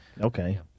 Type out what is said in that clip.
Okay